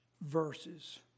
verses